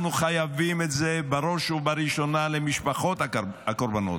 אנחנו חייבים את זה בראש ובראשונה למשפחות הקורבנות,